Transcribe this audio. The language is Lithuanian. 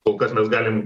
kol kas mes galim